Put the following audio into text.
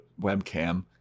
webcam